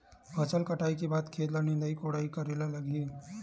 फसल कटाई के बाद खेत ल निंदाई कोडाई करेला लगही?